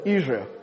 Israel